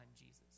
Jesus